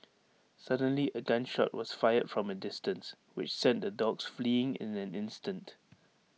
suddenly A gun shot was fired from A distance which sent the dogs fleeing in an instant